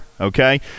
Okay